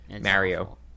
Mario